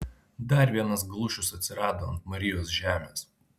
dar vienas glušius atsirado ant marijos žemės